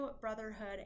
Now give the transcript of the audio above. Brotherhood